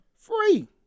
free